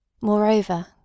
Moreover